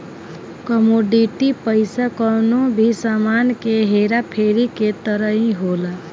commodity पईसा कवनो भी सामान के हेरा फेरी के तरही होला